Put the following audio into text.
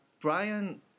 Brian